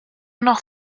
noch